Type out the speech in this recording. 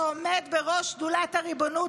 שעומד בראש שדולת הריבונות,